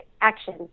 action